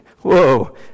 whoa